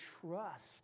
trust